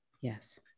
Yes